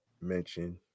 mention